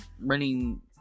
running